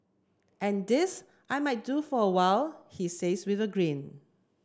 and this I might do for a while he says with a grin